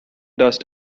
dust